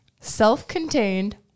self-contained